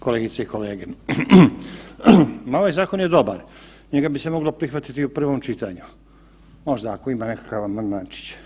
Kolegice i kolege, ovaj zakon je dobar, njega bi se moglo prihvatiti u prvom čitanju, možda ako ima nekakav amandmančić.